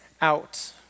out